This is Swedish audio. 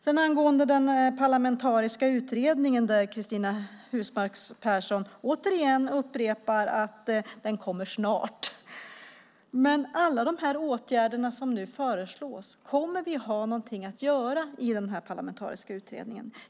Jag undrar, beträffande den parlamentariska utredning som Cristina Husmark Pehrsson säger kommer snart och alla de åtgärder som föreslås, om vi kommer att ha någonting att göra i den parlamentariska utredningen.